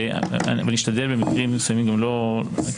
ואני אשתדל במקרים מסוימים גם לא כי